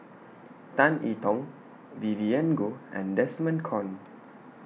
Tan I Tong Vivien Goh and Desmond Kon